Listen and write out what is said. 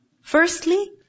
Firstly